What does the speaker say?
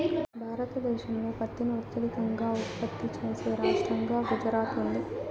భారతదేశంలో పత్తిని అత్యధికంగా ఉత్పత్తి చేసే రాష్టంగా గుజరాత్ ఉంది